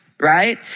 right